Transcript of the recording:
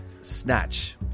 Snatch